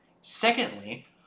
Secondly